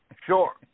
sure